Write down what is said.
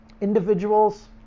Individuals